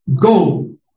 Go